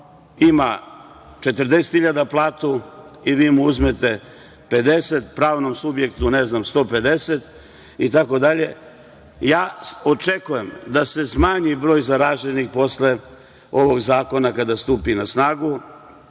ima 40.000 platu i vi mu uzmete 50, pravnom subjektu, ne znam, 150 itd. Očekujem da se smanji broj zaraženih posle ovog zakona, kada stupi na snagu